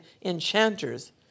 enchanters